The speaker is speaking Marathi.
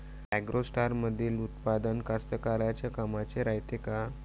ॲग्रोस्टारमंदील उत्पादन कास्तकाराइच्या कामाचे रायते का?